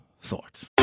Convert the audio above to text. thoughts